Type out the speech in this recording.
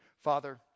Father